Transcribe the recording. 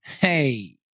Hey